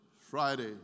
Friday